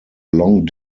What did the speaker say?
long